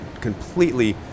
completely